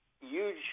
huge